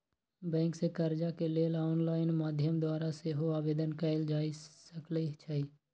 bank से कर्जा के लेल ऑनलाइन माध्यम द्वारा सेहो आवेदन कएल जा सकइ छइ